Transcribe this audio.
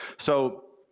so